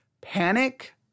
Panic